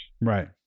right